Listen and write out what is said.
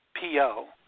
P-O